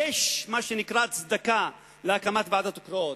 יש מה שנקרא הצדקה להקמת ועדות קרואות.